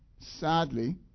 sadly